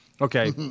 Okay